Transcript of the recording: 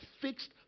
fixed